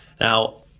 Now